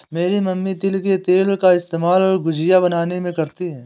मेरी मम्मी तिल के तेल का इस्तेमाल गुजिया बनाने में करती है